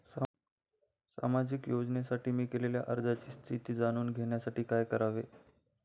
सामाजिक योजनेसाठी मी केलेल्या अर्जाची स्थिती जाणून घेण्यासाठी काय करावे?